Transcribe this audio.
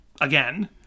again